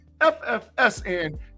FFSN